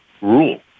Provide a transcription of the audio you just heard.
rule